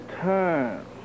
time